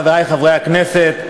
חברי חברי הכנסת,